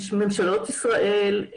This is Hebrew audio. ממשלות ישראל,